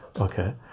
okay